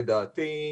לדעתי,